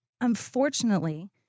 unfortunately